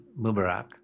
Mubarak